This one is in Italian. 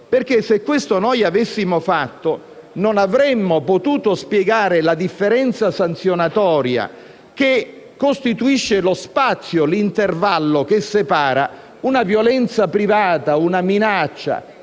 perché se questo avessimo fatto, non avremmo potuto spiegare la differenza sanzionatoria che costituisce l'intervallo che separa una violenza privata o una minaccia